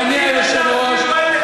אדוני היושב-ראש,